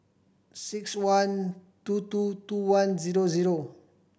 six one two two two one zero zero